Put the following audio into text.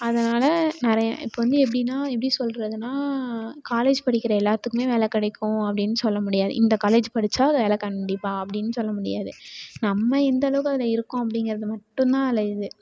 அதனால் நிறைய இப்போ வந்து எப்படின்னா எப்படி சொல்றதுனால் காலேஜ் படிக்கிற எல்லாத்துக்குமே வேலை கிடைக்கும் அப்படின்னு சொல்ல முடியாது இந்த காலேஜ் படித்தா அது வேலை கண்டிப்பாக அப்படின்னு சொல்ல முடியாது நம்ம எந்த அளவுக்கு அதில் இருக்கோம் அப்படிங்கறது மட்டும்தான் அதில் இது